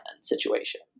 situation